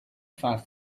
five